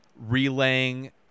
relaying